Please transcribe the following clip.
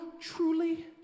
truly